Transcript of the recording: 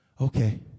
Okay